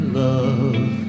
love